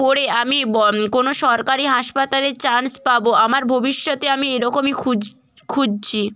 পড়ে আমি ব কোনো সরকারি হাসপাতালে চান্স পাবো আমার ভবিষ্যতে আমি এরকমই খুঁজছি